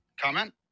comment